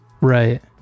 Right